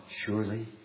surely